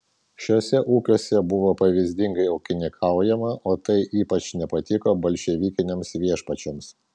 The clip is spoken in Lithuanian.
šiuose ūkiuose buvo pavyzdingai ūkininkaujama o tai ypač nepatiko bolševikiniams viešpačiams